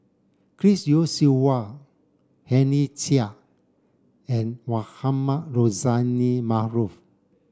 Chris Yeo Siew Hua Henry Chia and Mohamed Rozani Maarof